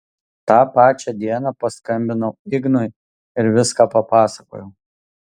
tą pačią dieną paskambinau ignui ir viską papasakojau